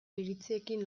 iritziekin